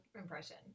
impression